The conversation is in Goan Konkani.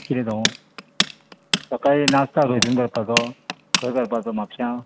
कितें सांगूं सकाळीं नाश्ता खंयसून करपाचो खंय करपाचो म्हापशा